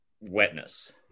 wetness